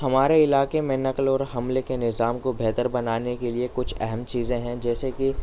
ہمارے علاقے میں نقل اور حمل کے نظام کو بہتر بنانے کے لیے کچھ اہم چیزیں ہیں جیسے کہ